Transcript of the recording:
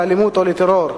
לאלימות או לטרור,